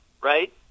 right